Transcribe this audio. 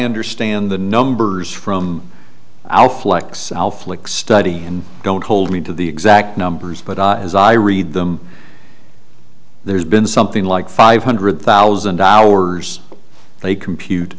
understand the numbers from our flex al flick study and don't hold me to the exact numbers but as i read them there's been something like five hundred thousand hours they compute